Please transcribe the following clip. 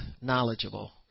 knowledgeable